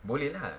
boleh lah